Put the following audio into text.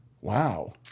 Wow